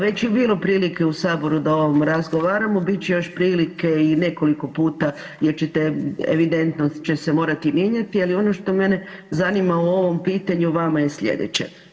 Već je bilo prilike u Saboru da o ovome razgovaramo, bit će još prilike i nekoliko puta jer će se evidentno morati mijenjati, ali ono što mene zanima u ovom pitanju vama je sljedeće.